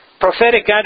Prophetic